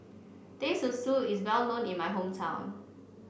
Teh Susu is well known in my hometown